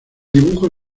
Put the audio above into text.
dibujo